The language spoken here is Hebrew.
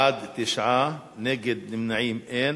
בעד, 9, נגד ונמנעים, אין.